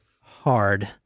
hard